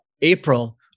April